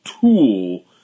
tool